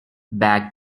back